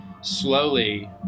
slowly